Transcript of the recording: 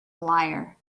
liar